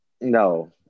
No